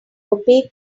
opaque